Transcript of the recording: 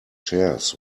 chairs